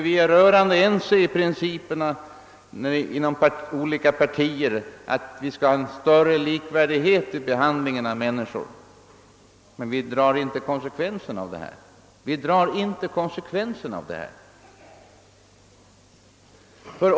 Vi är emellertid inom de olika par tierna rörande ense om principen att en större likvärdighet i behandlingen av människor skall skapas. Men vi drar inte konsekvenserna av detta.